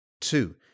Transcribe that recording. Two